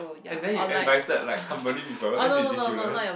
and then you invited like company people that's ridiculous